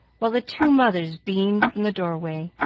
while the two mothers beamed from the door-way,